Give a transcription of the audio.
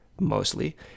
mostly